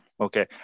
Okay